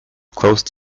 closed